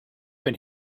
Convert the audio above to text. been